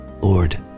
Lord